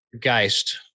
Geist